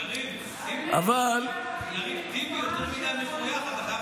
יריב, טיבי יותר מדי מחויך, אתה חייב לעזור.